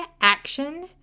action